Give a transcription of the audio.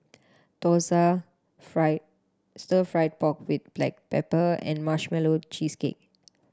dosa fry Stir Fried Pork With Black Pepper and Marshmallow Cheesecake